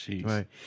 Right